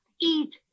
eat